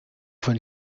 von